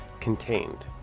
contained